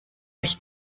euch